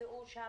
לנשים,